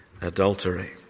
adultery